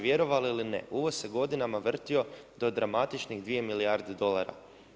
Vjerovali ili ne, uvoz se godinama vrtio do dramatičnih 2 milijarde dolara.